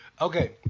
Okay